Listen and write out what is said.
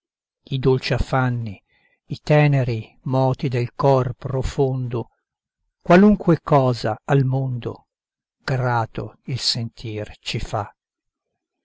età i dolci affanni i teneri moti del cor profondo qualunque cosa al mondo grato il sentir ci fa